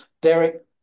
Derek